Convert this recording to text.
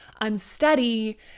unsteady